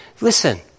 Listen